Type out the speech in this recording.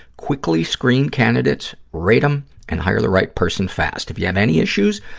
quickly screen candidates, rate them, and hire the right person fast. if you have any issues,